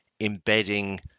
embedding